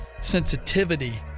sensitivity